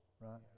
right